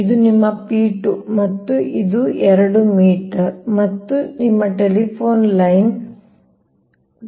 ಇದು ನಿಮ್ಮ P 2 ಮತ್ತು ಇದು ನಿಮ್ಮ 2 ಮೀಟರ್ ಮತ್ತು ಇದು ನಿಮ್ಮ ಟೆಲಿಫೋನ್ ಲೈನ್ ಇದು T 1